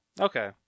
Okay